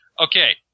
okay